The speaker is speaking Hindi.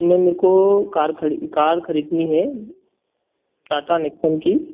मैम मेरे को कार खरी कार खरीदनी है टाटा नेक्सोन की